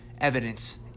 evidence